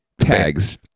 tags